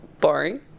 boring